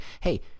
hey